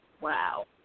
Wow